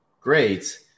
great